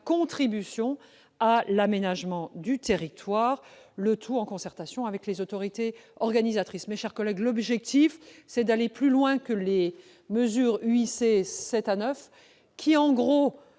contribution à l'aménagement du territoire, le tout, en concertation avec les autorités organisatrices. L'objectif est d'aller plus loin que les mesures UIC 7 à 9, qui sont